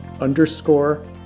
underscore